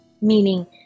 Meaning